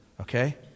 Okay